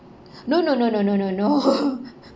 no no no no no no no